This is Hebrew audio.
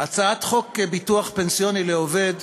הצעת חוק ביטוח פנסיוני לעובד